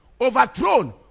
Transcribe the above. Overthrown